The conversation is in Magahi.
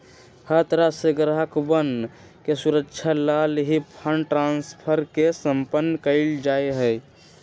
हर तरह से ग्राहकवन के सुविधा लाल ही फंड ट्रांस्फर के सम्पन्न कइल जा हई